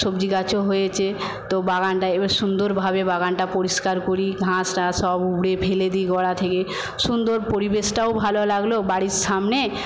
সবজি গাছও হয়েছে তো বাগানটায় এবার সুন্দরভাবে বাগানটা পরিষ্কার করি ঘাস টাস সব উবড়ে ফেলে দি গোঁড়া থেকে সুন্দর পরিবেশটাও ভালো লাগলো বাড়ির সামনে